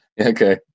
Okay